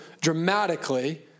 dramatically